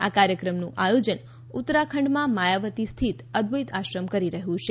આ કાર્યક્રમનું આયોજન ઉત્તરાખંડમાં માયાવતી સ્થિત અદ્વૈત આશ્રમ કરી રહ્યું છે